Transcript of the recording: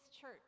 church